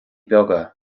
beaga